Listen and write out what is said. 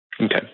Okay